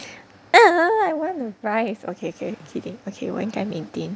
I want the fries okay okay kidding okay 我应该 maintain